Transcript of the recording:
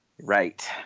right